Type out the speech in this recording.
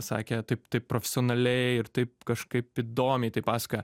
sakė taip taip profesionaliai ir taip kažkaip įdomiai tai pasakoja